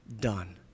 done